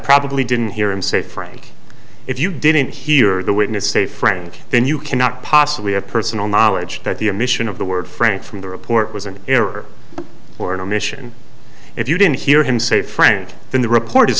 probably didn't hear him say frank if you didn't hear the witness a friend then you cannot possibly have personal knowledge that the emission of the word frank from the report was an error or omission if you didn't hear him say friend in the report is